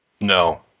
No